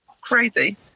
crazy